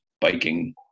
biking